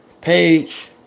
Page